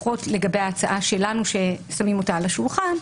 לפחות בהצעה שלנו ששמים אותה על השולחן,